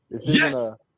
Yes